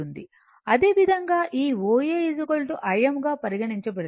అదేవిధంగా ఈ OA Im గా పరిగణించబడినది